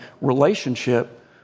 relationship